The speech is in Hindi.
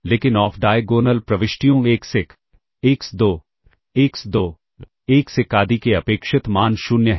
लेकिन ऑफ डायगोनल प्रविष्टियों x1 x2 x2 x1 आदि के अपेक्षित मान 0 हैं